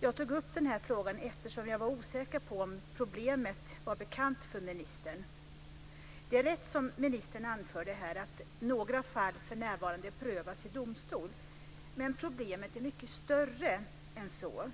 Jag tog upp den här frågan eftersom jag var osäker på om problemet var bekant för ministern. Det är rätt som ministern anförde här att några fall för närvarande prövas i domstol, men problemet är mycket större än så.